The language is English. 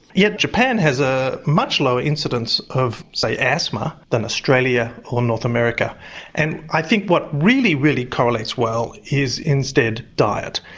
yet japan has a much lower incidence of say asthma than australia or north america and i think what really, really correlates well is instead diet.